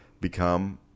become